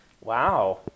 Wow